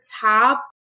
top